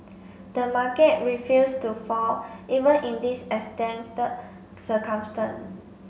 the market refuse to fall even in these extended circumstance